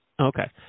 Okay